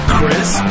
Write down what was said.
Chris